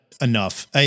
enough